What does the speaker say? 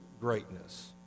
greatness